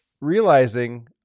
Realizing